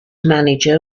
manager